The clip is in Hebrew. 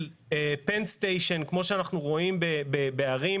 penn station כמו שאנחנו רואים בערים,